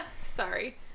sorry